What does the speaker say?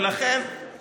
הוא מוכשר, הוא מוכשר.